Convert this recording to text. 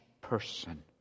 person